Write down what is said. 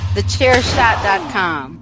TheChairShot.com